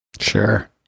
Sure